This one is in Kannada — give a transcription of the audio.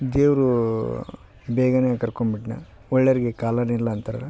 ದೇವ್ರು ಬೇಗನೆ ಕರ್ಕೊಂಡು ಬಿಟ್ನ ಒಳ್ಳೆಯೋರ್ಗೆ ಕಾಲವೇ ಇಲ್ಲ ಅಂತಾರಲ್ಲ